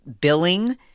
billing